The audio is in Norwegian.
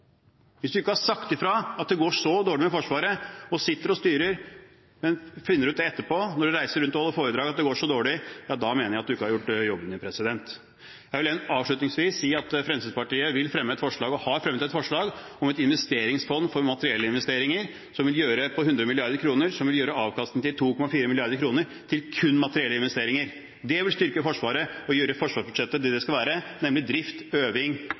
Hvis man ikke har sagt fra at det går så dårlig med Forsvaret, og sitter og styrer, men finner ut det etterpå, når man reiser rundt og holder foredrag, at det går så dårlig, da mener jeg at man ikke har gjort jobben sin. Jeg vil avslutningsvis si at Fremskrittspartiet har fremmet et forslag om et investeringsfond for materielle investeringer, på 100 mrd. kr, som vil gjøre avkastningen på 2,4 mrd. kr til kun materielle investeringer. Det vil styrke Forsvaret og gjøre forsvarsbudsjettet i stand til det det skal, nemlig sørge for drift, øving